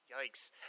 yikes